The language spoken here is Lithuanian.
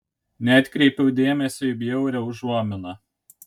neatkreipiau dėmesio į bjaurią užuominą